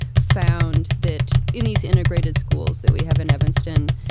found that in these integrated schools that we have in evanston,